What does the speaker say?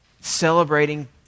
Celebrating